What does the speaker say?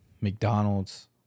McDonald's